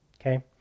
okay